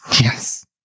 Yes